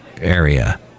area